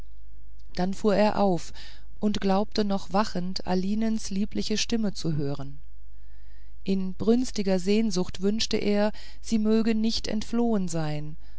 dann fuhr er auf und glaubte noch wachend alinens liebliche stimme zu hören in brünstiger sehnsucht wünschte er sie möge nicht entflohen sein